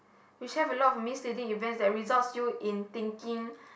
which have a lot of misstating events that result you in thinking